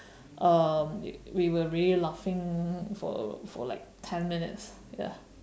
um we were really laughing for for like ten minutes ya